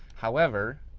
however,